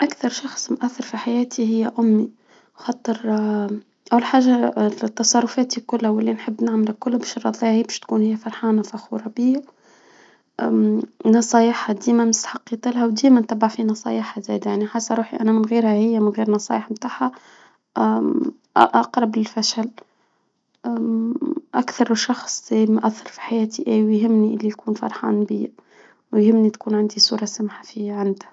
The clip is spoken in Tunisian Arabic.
أكثر شخص مؤثر في حياتي هي أمي، خاطر أول حاجة تصرفاتي كلها واللي نحب نعمله كله بشرفها هي تكون هي فرحانة وفخورة بيا، من نصايحها ديما مستحقيتها لها وديما نتبع في نصايحها زايدة يعني، حاسة روحي أنا من غيرها هي، من غير نصايح بتاعها أقرب للفشل، أكثر شخص مؤثر في حياتي ويهمني إنه يكون فرحان بيا ويهمني تكون عندي صورة سامحة فيا عنده.